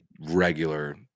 regular